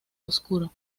oscuro